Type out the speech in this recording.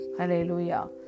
Hallelujah